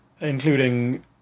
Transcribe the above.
Including